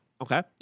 Okay